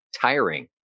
tiring